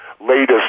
Latest